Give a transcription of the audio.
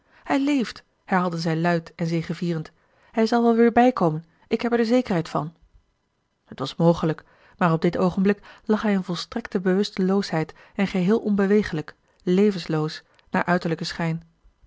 hij leeft herhaalde zij luid en zegevierend hij zal wel weêr bijkomen ik heb er de zekerheid van het was mogelijk maar op dit oogenblik lag hij in volstrekte bewusteloosheid en geheel onbewegelijk levenloos naar uiterlijken schijn